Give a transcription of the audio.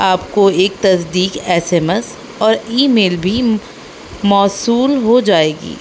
آپ کو ایک تصدیق ایس ایم ایس اور ای میل بھی موصول ہو جائے گی